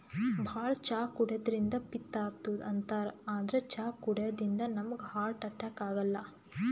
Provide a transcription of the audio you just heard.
ಭಾಳ್ ಚಾ ಕುಡ್ಯದ್ರಿನ್ದ ಪಿತ್ತ್ ಆತದ್ ಅಂತಾರ್ ಆದ್ರ್ ಚಾ ಕುಡ್ಯದಿಂದ್ ನಮ್ಗ್ ಹಾರ್ಟ್ ಅಟ್ಯಾಕ್ ಆಗಲ್ಲ